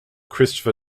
christopher